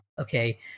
Okay